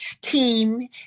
team